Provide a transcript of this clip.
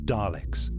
Daleks